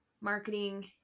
marketing